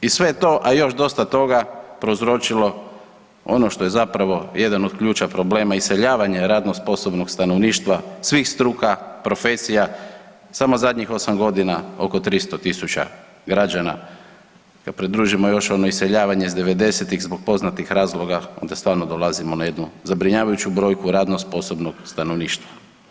I sve je to, a još dosta toga, prouzročilo ono što je zapravo jedan od ključnih problema iseljavanja radno sposobnog stanovništva svih struka i profesija, samo zadnjih 8.g. oko 300.000 građana, kad pridružimo još ono iseljavanje iz '90.-tih zbog poznatih razloga onda stvarno dolazimo na jednu zabrinjavajuću brojku radno sposobnog stanovništva.